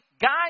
guys